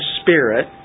spirit